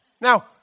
Now